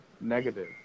negative